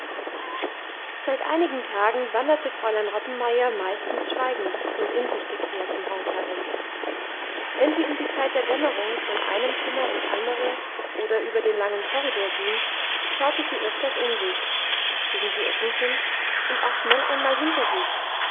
seit einigen tagen wanderte fräulein rottenmeier meistens schweigend und in sich gekehrt im haus herum wenn sie um die zeit der dämmerung von einem zimmer ins andere oder über den langen korridor ging schaute sie öfters um sich gegen die ecken hin und auch schnell einmal hinter sich